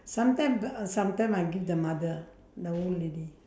sometime sometimes I give the mother the old lady